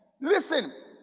listen